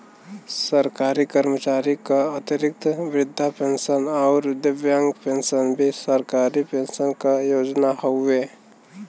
सरकारी कर्मचारी क अतिरिक्त वृद्धा पेंशन आउर दिव्यांग पेंशन भी सरकारी पेंशन क योजना हउवे